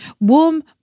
Warm